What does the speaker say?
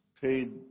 paid